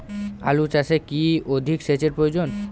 আলু চাষে কি অধিক সেচের প্রয়োজন?